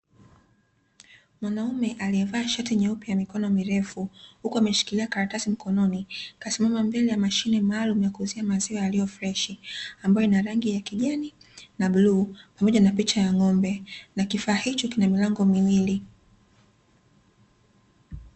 Mwanaume aliyevaa shati nyeupe ya mikono mirefu, huku ameshikilia karatasi mkononi, kasimama mbele ya mashine maalumu ya kuuzia maziwa yaliyo freshi, ambayo ina rangi ya kijani na bluu, pamoja na picha ya ng'ombe na kifaa hicho kina milango miwili.